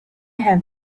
have